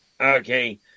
Okay